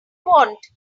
want